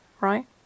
Right